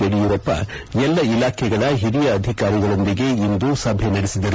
ಯಡಿಯೂರಪ್ಪ ಎಲ್ಲ ಇಲಾಖೆಗಳ ಒರಿಯ ಅಧಿಕಾರಿಗಳೊಂದಿಗೆ ಇಂದು ಸಭೆ ನಡೆಸಿದರು